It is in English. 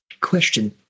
Question